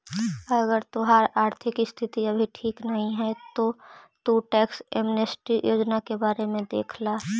अगर तोहार आर्थिक स्थिति अभी ठीक नहीं है तो तु टैक्स एमनेस्टी योजना के बारे में देख ला